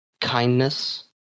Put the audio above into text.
kindness